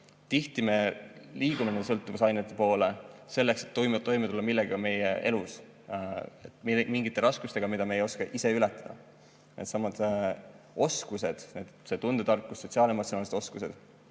tihti me liigume sõltuvusainete poole, et toime tulla millegagi meie elus, mingite raskustega, mida me ei oska ise ületada. Needsamad oskused, nagu tundetarkus, sotsiaal-emotsionaalsed oskused,